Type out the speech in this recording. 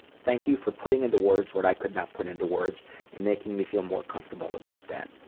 thank you for putting into words what i could not put into words and making me feel more comfortable about that.